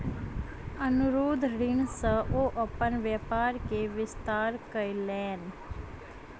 अनुरोध ऋण सॅ ओ अपन व्यापार के विस्तार कयलैन